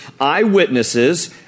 eyewitnesses